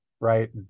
Right